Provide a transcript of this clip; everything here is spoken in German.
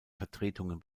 vertretungen